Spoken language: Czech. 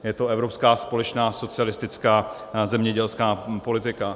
Je to evropská společná socialistická zemědělská politika.